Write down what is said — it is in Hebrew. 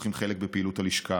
שלוקחים חלק בפעילות הלשכה,